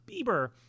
Bieber